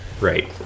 Right